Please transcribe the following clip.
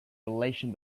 relation